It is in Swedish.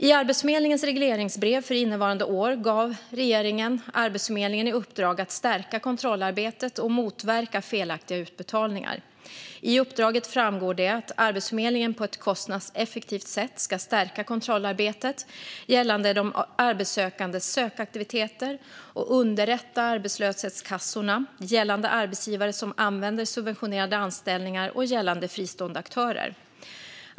I Arbetsförmedlingens regleringsbrev för innevarande år gav regeringen Arbetsförmedlingen i uppdrag att stärka kontrollarbetet och motverka felaktiga utbetalningar. I uppdraget framgår det att Arbetsförmedlingen på ett kostnadseffektivt sätt ska stärka kontrollarbetet gällande de arbetssökandes sökaktiviteter och underrätta arbetslöshetskassorna gällande arbetsgivare som använder subventionerade anställningar och gällande fristående aktörer.